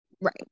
Right